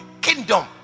kingdom